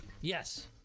Yes